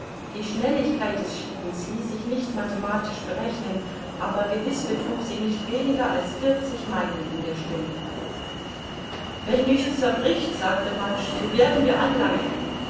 die schnelligkeit des schlittens ließ sich nicht mathematisch berechnen aber gewiß betrug sie nicht weniger als vierzig meilen in der stunde wenn nichts zerbricht sagte mudge so werden wir anlangen